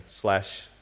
slash